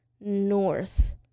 north